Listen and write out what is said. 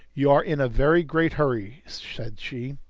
you are in a very great hurry, said she,